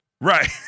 Right